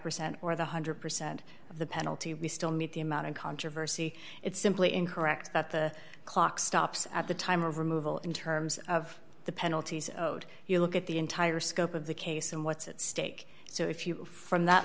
percent or the one hundred percent of the penalty we still need the amount of controversy it's simply incorrect that the clock stops at the time of removal in terms of the penalties you look at the entire scope of the case and what's at stake so if you from that